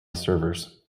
servers